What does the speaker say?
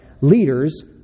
leaders